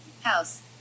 House